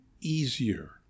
easier